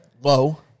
low